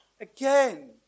Again